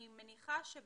אני מניחה שבתום